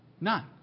None